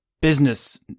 business